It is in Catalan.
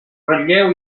ratlleu